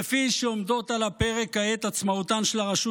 כפי שעומדות על הפרק כעת עצמאותן של הרשות